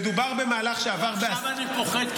מדובר במהלך שעבר ------ הצעת חוק פרטית.